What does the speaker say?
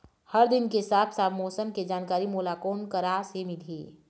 हर दिन के साफ साफ मौसम के जानकारी मोला कोन करा से मिलही?